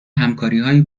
همکاریهایی